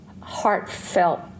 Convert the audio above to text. heartfelt